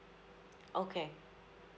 okay